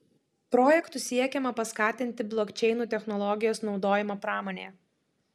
projektu siekiama paskatinti blokčeinų technologijos naudojimą pramonėje